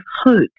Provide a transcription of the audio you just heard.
hope